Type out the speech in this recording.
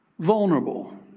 vulnerable,